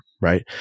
right